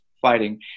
fighting